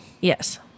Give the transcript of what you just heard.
Yes